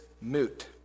moot